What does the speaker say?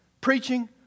Preaching